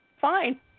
fine